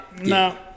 no